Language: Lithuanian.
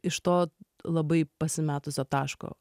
iš to labai pasimetusio taško